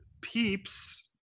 peeps